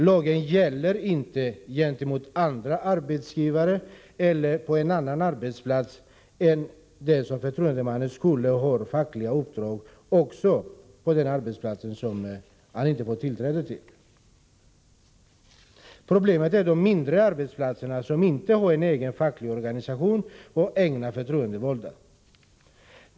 Lagen gäller inte gentemot andra arbetsgivare eller på en annan arbetsplats, även om förtroendemannen skulle ha fackliga uppdrag också på den arbetsplats som han inte får tillträde till. Problemet är de mindre arbetsplatserna som inte har en egen facklig organisation och egna förtroendevalda.